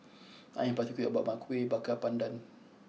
I am particular about my Kueh Baker Pandan